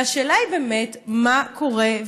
השאלה היא באמת מה קורה,